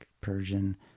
Persian